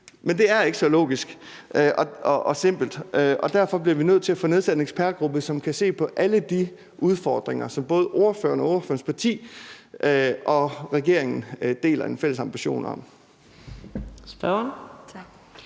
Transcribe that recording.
Men det er ikke så logisk og simpelt. Og derfor bliver vi nødt til at få nedsat en ekspertgruppe, som kan se på alle de udfordringer, som både spørgeren og spørgerens parti og regeringen deler en fælles ambition om.